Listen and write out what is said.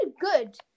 good